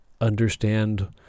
understand